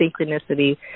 synchronicity